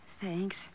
Thanks